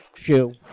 Shoe